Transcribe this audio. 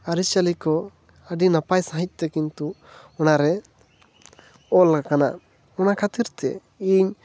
ᱟᱹᱨᱤ ᱪᱟᱹᱞᱤ ᱠᱚ ᱟᱹᱰᱤ ᱱᱟᱯᱟᱭ ᱥᱟᱺᱦᱤᱡ ᱛᱮ ᱠᱤᱱᱛᱩ ᱚᱱᱟ ᱨᱮ ᱚᱞ ᱟᱠᱟᱱᱟ ᱚᱱᱟ ᱠᱷᱟᱹᱛᱤᱨ ᱛᱮ ᱤᱧ